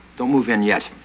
don't move in yet.